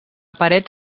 paret